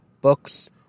books